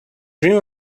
dream